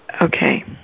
Okay